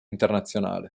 internazionale